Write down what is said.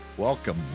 Welcome